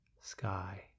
sky